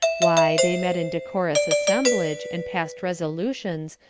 why, they met in decorous assemblage, and passed resolutions,